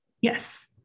Yes